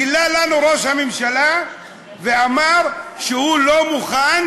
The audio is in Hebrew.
גילה לנו ראש הממשלה ואמר שהוא לא מוכן,